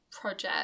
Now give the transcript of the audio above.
project